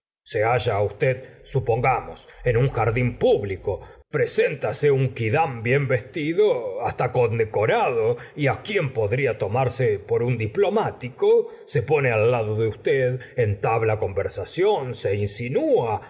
se halla usted supongamos en un jardín público preséntase un quidam bien vestido hasta condecorado y quien podría tomarse por un diplomático se pone al lado de usted entabla conversación se insinúa